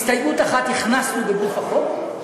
הסתייגות אחת הכנסנו בגוף החוק,